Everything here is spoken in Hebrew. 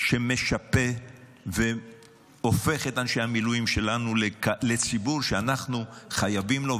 שמשפה והופך את אנשי המילואים שלנו לציבור שאנחנו חייבים לו,